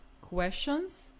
questions